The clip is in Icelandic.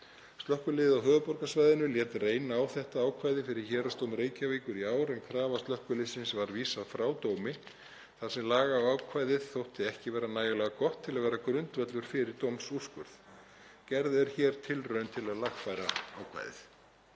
Slökkviliðið á höfuðborgarsvæðinu lét reyna á þetta ákvæði fyrir héraðsdómi Reykjavíkur í ár en kröfu slökkviliðsins var vísað frá dómi þar sem lagaákvæðið þótti ekki vera nægilega gott til að vera grundvöllur fyrir dómsúrskurð. Gerð er hér tilraun til að lagfæra ákvæðið.